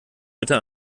bitte